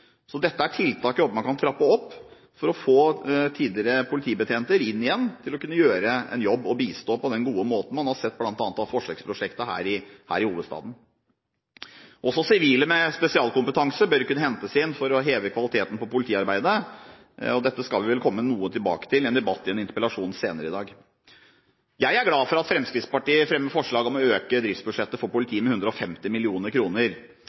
Dette er et tiltak man kan trappe opp for å få tidligere politibetjenter til å gjøre en jobb og bistå på den gode måten man har sett, bl.a. i forsøksprosjektet her i hovedstaden. Også sivile med spesialkompetanse bør kunne hentes inn for å heve kvaliteten på politiarbeidet. Dette vil vi vel komme noe tilbake til i en interpellasjonsdebatt senere i dag. Jeg er glad for at Fremskrittspartiet fremmer forslag om å øke driftsbudsjettet til politiet med 150 mill. kr. Det er i den store sammenheng lite penger, men det vil bety utrolig mye for